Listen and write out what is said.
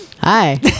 hi